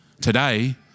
Today